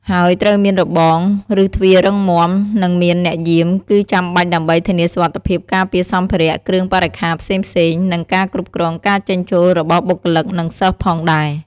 ហើយត្រូវមានរបង ឬទ្វាររឹងមាំ និងមានអ្នកយាម គឺចាំបាច់ដើម្បីធានាសុវត្ថិភាព ការពារសម្ភារៈ គ្រឿងបរិក្ខារផ្សេងៗ និងការគ្រប់គ្រងការចេញចូលរបស់បុគ្គលនិងសិស្សផងដែរ។